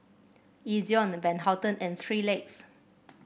Ezion Van Houten and Three Legs